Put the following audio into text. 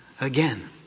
again